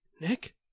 Nick